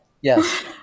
Yes